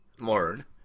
learn